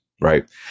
Right